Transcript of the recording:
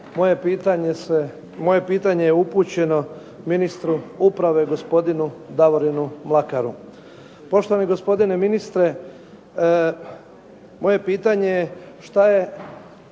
Moje pitanje je upućeno ministru uprave gospodinu Davorinu Mlakaru. Poštovani gospodine ministre, moje pitanje je šta je